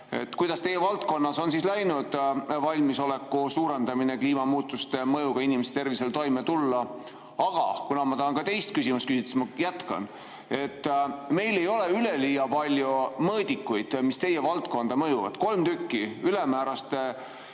Kuidas teie valdkonnas on läinud valmisoleku suurendamine kliimamuutuste mõjuga inimeste tervisele toime tulla? Aga kuna ma tahan ka teise küsimuse küsida, siis ma jätkan. Meil ei ole üleliia palju mõõdikuid, mis teie valdkonda mõjuvad, neid on kolm: ülemäärase